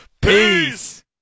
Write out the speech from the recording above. peace